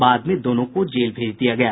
बाद में दोनों को जेल भेज दिया गय